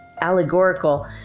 allegorical